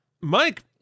mike